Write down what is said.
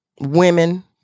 women